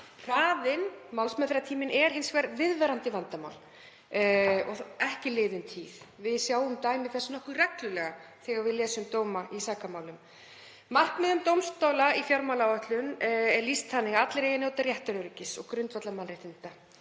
Hraðinn, málsmeðferðartíminn, er hins vegar viðvarandi vandamál, ekki liðin tíð. Við sjáum dæmi þess nokkuð reglulega þegar við lesum dóma í sakamálum. Markmiði um dómstóla í fjármálaáætlun er lýst þannig að allir eigi að njóta réttaröryggis og grundvallarmannréttinda,